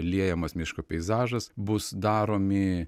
liejamas miško peizažas bus daromi